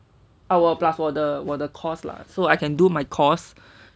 I will apply for the while the course lah so I can do my course